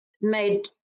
made